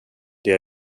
det